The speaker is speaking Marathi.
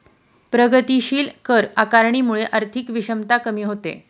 प्रगतीशील कर आकारणीमुळे आर्थिक विषमता कमी होते